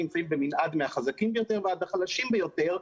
נמצאים במנעד מהחזקים ביותר ועד החלשים ביותר,